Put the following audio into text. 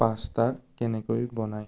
pasta কেনেকৈ বনায়